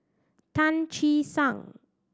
Tan Che Sang